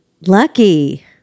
Lucky